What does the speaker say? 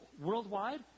worldwide